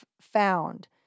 found